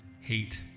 hate